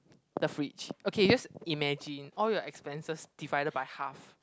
the fridge okay you just imagine all your expenses divided by half